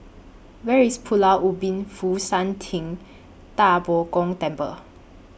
Where IS Pulau Ubin Fo Shan Ting DA Bo Gong Temple